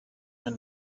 and